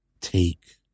take